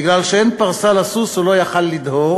מכיוון שאין פרסה לסוס הוא לא יכול לדהור,